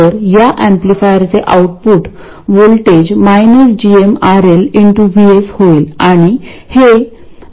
तर या एम्पलीफायरचे आउटपुट व्होल्टेज gmRL VS होईल आणि हे gmRL गेन आहे